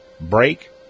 break